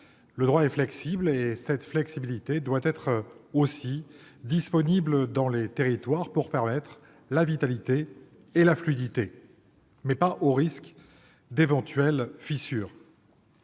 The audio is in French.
Le droit est « flexible », et cette flexibilité doit être aussi disponible dans les territoires pour favoriser la vitalité et la fluidité, mais pas au risque d'éventuelles fissures.